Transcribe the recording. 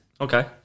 Okay